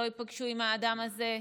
לא ייפגשו העם האדם הזה.